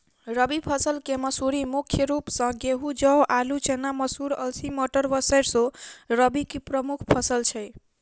रबी फसल केँ मसूरी मुख्य रूप सँ गेंहूँ, जौ, आलु,, चना, मसूर, अलसी, मटर व सैरसो रबी की प्रमुख फसल छै